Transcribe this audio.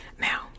Now